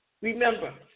remember